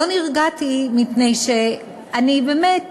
לא נרגעתי, מפני שאני באמת